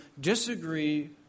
disagree